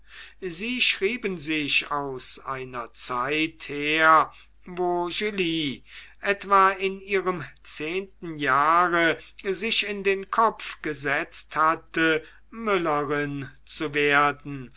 sie schrieben sich aus einer zeit her wo julie etwa in ihrem zehnten jahre sich in den kopf gesetzt hatte müllerin zu werden